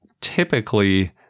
typically